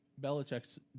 Belichick's